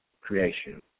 creation